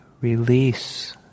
release